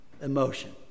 emotion